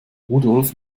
rudolf